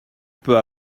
peux